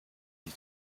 die